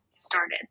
started